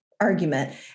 argument